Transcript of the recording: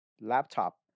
laptop